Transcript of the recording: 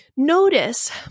Notice